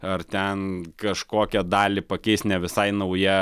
ar ten kažkokią dalį pakeis ne visai nauja